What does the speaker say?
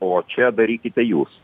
o čia darykite jūs